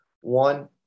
one